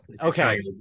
okay